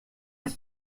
ils